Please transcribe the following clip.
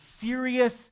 serious